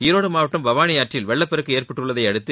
ஈரோடு மாவட்டம் பவானி ஆற்றில் வெள்ளப் பெருக்கு ஏற்பட்டுள்ளதை அடுத்து